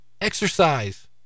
exercise